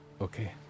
Okay